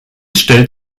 stellt